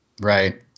Right